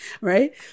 Right